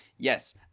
Yes